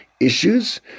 issues